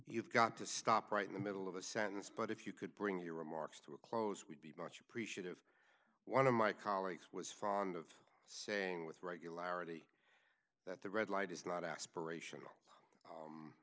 you've got to stop right in the middle of a sentence but if you could bring your remarks to a close we'd be much appreciative one of my colleagues was fond of saying with regularity that the red light is not aspiration